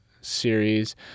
series